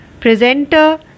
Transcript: presenter